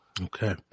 Okay